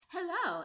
Hello